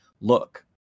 Look